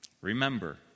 Remember